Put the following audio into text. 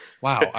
Wow